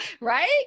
right